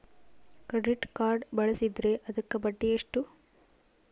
Credit card ಬಳಸಿದ್ರೇ ಅದಕ್ಕ ಬಡ್ಡಿ ಎಷ್ಟು?